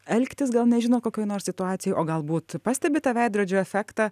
elgtis gal nežinot kokioj nors situacijoj o galbūt pastebit tą veidrodžio efektą